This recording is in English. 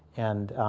and